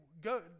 go